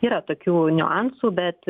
yra tokių niuansų bet